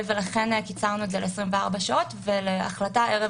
לכן קיצרנו את זה ל-24 שעות ולהחלטה ערב